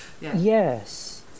Yes